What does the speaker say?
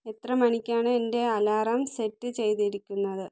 എത്ര മണിക്കാണ് എന്റെ അലാറം സെറ്റ് ചെയ്തിരിക്കുന്നത്